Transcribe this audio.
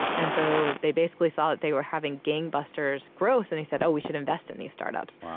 and so they basically saw that they were having gangbusters growth and they said, oh, we should invest in these start-ups.